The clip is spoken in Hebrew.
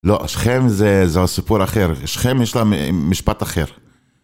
לא, שכם זה סיפור אחר, שכם יש לה משפט אחר.